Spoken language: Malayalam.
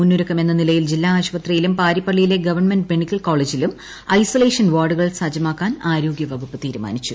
മുന്നൊരുക്കമെന്ന നിലയിൽ ജില്ലാ ആശുപത്രിയിലും പാരിപ്പള്ളിയിലെ ഗ്രവൺമെൻറ് മെഡിക്കൽ കോളേജിലും ഐസൊലേഷൻ വാർഡുകൾ സജ്ജമാക്കാൻ ആരോഗ്യവകുപ്പ് തീരുമാനിച്ചു